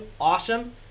Awesome